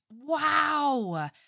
wow